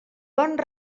bons